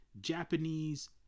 Japanese